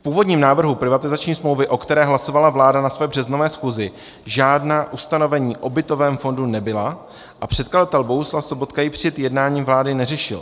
V původním návrhu privatizační smlouvy, o které hlasovala vláda na své březnové schůzi, žádná ustanovení o bytovém fondu nebyla a předkladatel Bohuslav Sobotka ji před jednáním vlády neřešil.